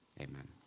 Amen